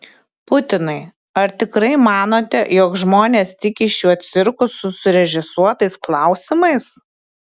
putinai ar tikrai manote jog žmonės tiki šiuo cirku su surežisuotais klausimais